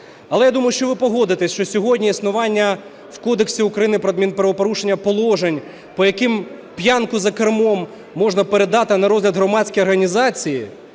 Але я думаю, що ви погодитесь, що сьогодні існування в Кодексі України про адмінправопорушення положень, по яким п'янку за кермом можна передати на розгляд громадській організації,